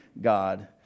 God